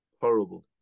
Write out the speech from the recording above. Horrible